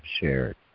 shared